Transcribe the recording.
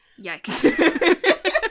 Yikes